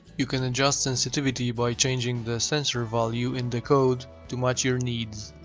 you can adjust sensitivity by changing the sensorvalue in the code to match your needs.